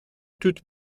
toute